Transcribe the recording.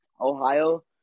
Ohio